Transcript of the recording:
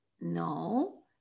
No